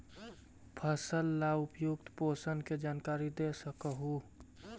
फसल ला उपयुक्त पोषण के जानकारी दे सक हु?